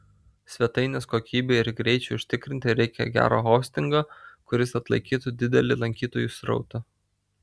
svetainės kokybei ir greičiui užtikrinti reikia gero hostingo kuris atlaikytų didelį lankytojų srautą